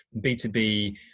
B2B